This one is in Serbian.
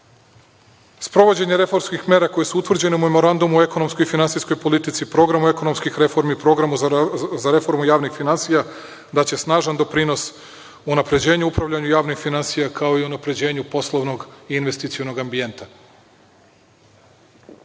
pristižemo. Sprovođenje reformskih mera koje su utvrđene Memorandumom o ekonomskoj i finansijskoj politici, programu ekonomskih reformi, programu za reformu javnih finansija daće snažan doprinos unapređenju i upravljanju javnih finansija, kao i unapređenju poslovnog i investicionog ambijenta. Sto